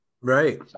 right